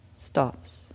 stops